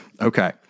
Okay